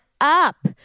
up